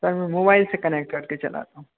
sir मैं mobile से connect करके चलाता हूँ